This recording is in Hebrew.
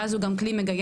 ואז הוא גם כלי מגייס,